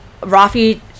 Rafi